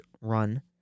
run